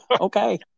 Okay